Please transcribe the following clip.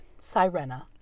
Sirena